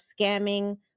scamming